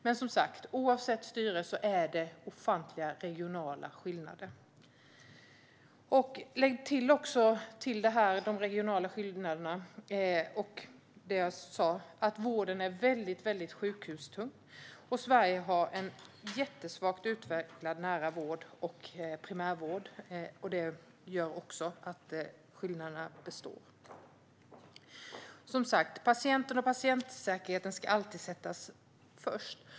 Men oavsett styre finns det ofantliga regionala skillnader. Till dessa regionala skillnader och det jag sa tidigare kan man även lägga att vården är väldigt sjukhustung och att Sverige har en mycket svagt utvecklad nära vård och primärvård - även detta gör att skillnaderna består. Som sagt: Patienterna och patientsäkerheten ska alltid sättas främst.